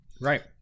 Right